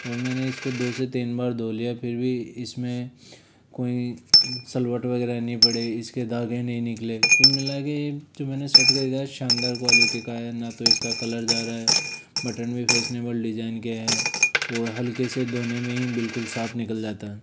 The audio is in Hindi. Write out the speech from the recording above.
और मैंने इसको दो से तीन बार धो लिया फिर भी इसमें कोई सिलवट वगैरह नहीं पड़े इसके धागे नहीं निकले कुल मिला कर जो मैने शर्ट का शानदार क्वालिटी का है न तो इसका कलर जा रहा है बटन भी फेशनेबल डिजाइन के है वह हल्के से धोने में ही बिल्कुल साफ निकल जाता है